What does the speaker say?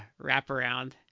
wraparound